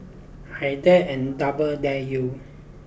I dare and double dare you